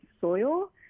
soil